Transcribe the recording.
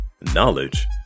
knowledge